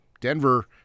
Denver